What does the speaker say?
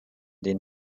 den